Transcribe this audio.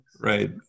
Right